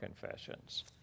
confessions